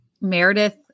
Meredith